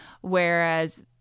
Whereas